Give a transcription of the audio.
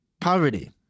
poverty